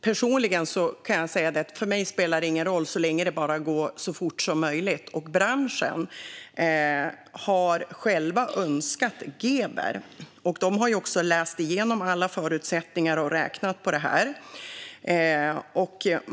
För mig personligen spelar det ingen roll så länge det går så fort som möjligt. Branschen har önskat GBER, och de har också läst igenom alla förutsättningar och räknat på det.